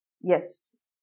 Yes